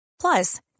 Plus